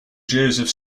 joseph